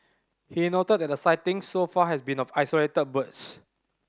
he noted that the sightings so far has been of isolated birds